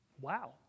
Wow